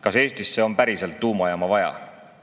kas Eestisse on päriselt tuumajaama vaja.